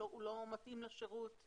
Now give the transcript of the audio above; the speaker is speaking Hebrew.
הוא לא מתאים לשירות.